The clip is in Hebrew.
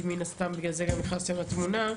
כי מן הסתם בגלל זה גם נכנסתם לתמונה.